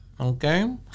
okay